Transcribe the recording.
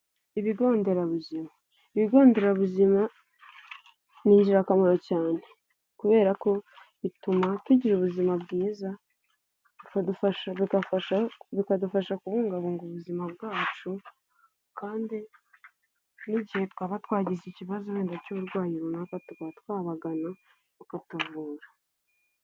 Ibigo nderabuzima. Ibigo nderabuzima, ni ingirakamaro cyane. Kubera ko bituma tugira ubuzima bwiza bikadufasha bigafasha bikadufasha kubungabunga ubuzima bwacu, kandi n'igihe twaba twagize ikibazo wenda cy'uburwayi runaka tukaba twabagana bakatuvura.